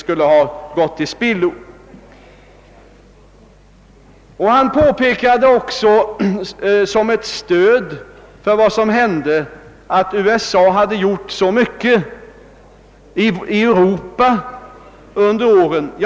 Som stöd för vad som hänt påpekade han också att USA hade gjort så mycket för Europa under årens lopp.